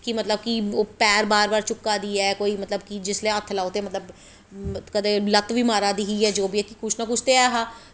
कि मतलव पैर बार बार चुक्का दी ऐ कि जिसलै हत्थ लाओ ते मतलव कदैं लत्त बी मारा दी कदैं जो बी कुश ना कुश ते ऐहा